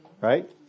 Right